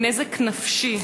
היא נזק נפשי,